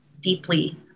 deeply